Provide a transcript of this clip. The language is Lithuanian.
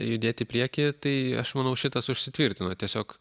judėt į priekį tai aš manau šitas užsitvirtino tiesiog